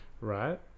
right